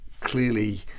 clearly